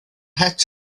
het